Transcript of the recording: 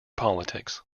politics